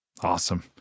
awesome